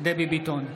דבי ביטון,